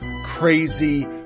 Crazy